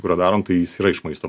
kuriuo darom tai jis yra iš maisto